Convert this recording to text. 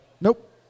Nope